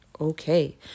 Okay